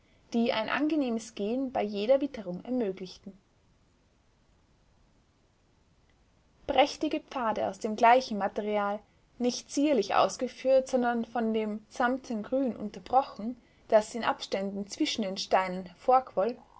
die ein angenehmes gehen bei jeder witterung ermöglichten prächtige pfade aus dem gleichen material nicht zierlich ausgeführt sondern von dem samtenen grün unterbrochen das in abständen zwischen den steinen